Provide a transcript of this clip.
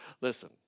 listen